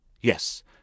Yes